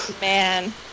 Man